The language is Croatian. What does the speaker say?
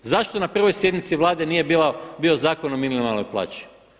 Zašto na prvoj sjednici Vlade nije bio Zakon o minimalnoj plaći?